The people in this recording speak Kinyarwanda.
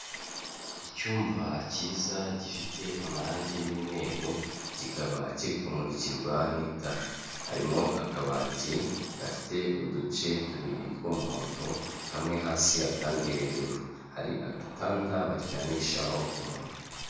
Icyumba cyiza gifite amarangi y'umweru, kikaba kiri kumurikirwa n'itara, harimo akabati gafite uduce tubiri tw'umuhondo, kamwe hasi akandi hejuru, hari agatanda baryamishaho umuntu.